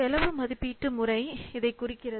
செலவு மதிப்பீட்டு முறை இதைக் குறிக்கிறது